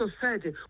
society